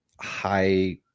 high